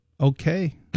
okay